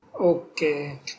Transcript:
Okay